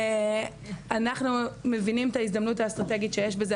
אנחנו מבינים את ההזדמנות האסטרטגית שיש בזה.